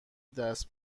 دست